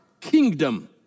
kingdom